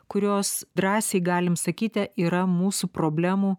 kurios drąsiai galim sakyti yra mūsų problemų